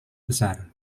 besar